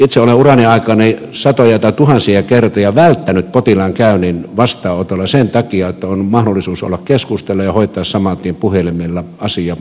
itse olen urani aikana satoja tai tuhansia kertoja välttänyt potilaan käynnin vastaanotolla sen takia että on ollut mahdollisuus keskustella ja hoitaa saman tien puhelimella asia apteekkiin